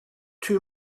two